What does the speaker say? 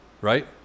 right